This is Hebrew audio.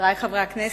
חברי חברי הכנסת,